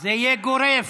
זה יהיה גורף.